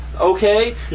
Okay